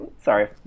sorry